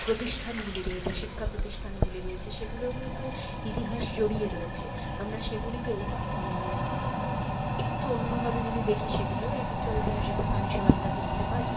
প্রতিষ্ঠানগুলি রয়েছে শিক্ষাপ্রতিষ্ঠানগুলি রয়েছে সেইগুলোতেও তো ইতিহাস জড়িয়ে রয়েছে আমরা সেগুলিকেও একটু অন্যভাবে যদি দেখি সেগুলিও আমরা এক একটা ঐতিহাসিক স্থান হিসেবে ধরতে পারি